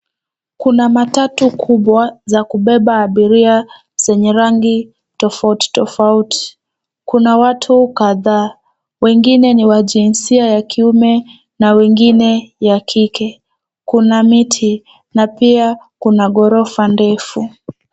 Kuna matatu kubwa za kubeba abiria zenye rangi tofauti tofauti. Kuna watu kadhaa, wengine ni wa jinsia ya kiume na wengine ya kike. Kuna miti na pia kuna ghorofa ndefu.